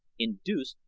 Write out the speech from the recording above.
induced,